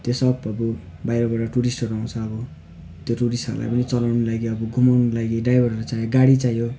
त्यो सब अब बाहिरबाट टुरिस्टहरू आउँछ अब त्यो टुरिस्टहरूलाई पनि चलाउनु लागि अब घुमाउनु लागि ड्राइभरहरू चाहियो गाडी चाहियो